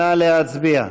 נא להצביע.